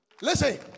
Listen